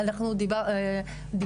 נכון, זה פוליטי ולא צריך שזה יהיה מפלגתי.